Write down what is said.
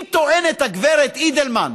אם טוענת, הגב' אידלמן,